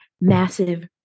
massive